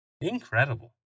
Incredible